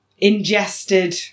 ingested